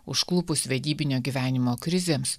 užklupus vedybinio gyvenimo krizėms